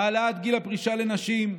העלאת גיל הפרישה לנשים,